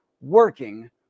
working